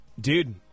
Dude